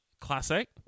Classic